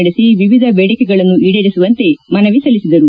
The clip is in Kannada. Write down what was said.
ನಡೆಸಿ ವಿವಿಧ ಬೇಡಿಕೆಗಳನ್ನು ಈಡೇರಿಸುವಂತೆ ಮನವಿ ಸಲ್ಲಿಸಿದರು